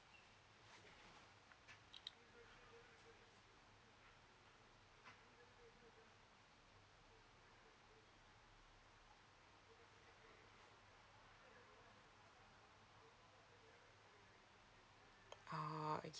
oh okay